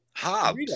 Hobbs